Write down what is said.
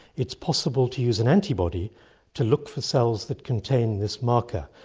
it is possible to use an antibody to look for cells that contain this marker,